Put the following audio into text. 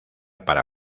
para